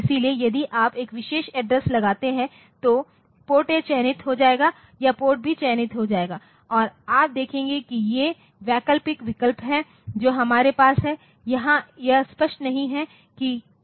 इसलिए यदि आप एक विशेष एड्रेसलगाते हैं तो PORT A चयनित हो जाएगा या PORT B चयनित हो जाएगा और आप देखेंगे कि ये वैकल्पिक विकल्प हैं जो हमारे पास हैं यहाँ यह स्पष्ट नहीं है कि उनका क्या अर्थ है